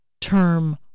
term